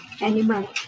animal